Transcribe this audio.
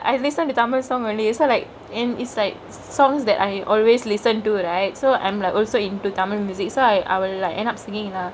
I listen to tamil songks only so like and it's like songks that I always listen do right so I'm like also into tamil music so I I'll like end up singkingk lah